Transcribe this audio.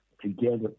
together